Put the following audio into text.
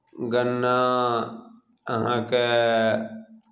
गन्ना अहाँके